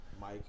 Mike